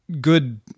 good